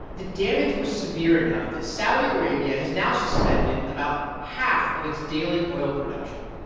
the damage was severe enough that saudi arabia has now suspended about half of its daily oil production,